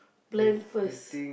plan first